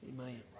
Amen